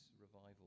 revival